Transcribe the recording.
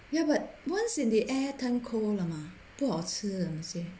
ya but once in the air turn cold 了吗不好吃了东西